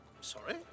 sorry